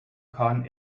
kahn